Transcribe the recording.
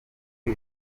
bwo